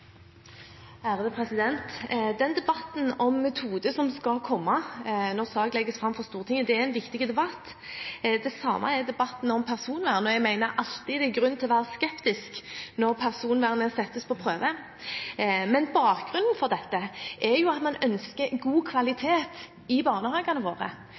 til oppfølgingsspørsmål. Den debatten om metode som skal komme når saken legges fram for Stortinget, er en viktig debatt, og det samme er debatten om personvern, og jeg mener alltid det er grunn til å være skeptisk når personvernet settes på prøve. Men bakgrunnen for dette er jo at man ønsker god kvalitet i barnehagene våre,